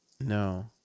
no